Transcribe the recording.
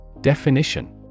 Definition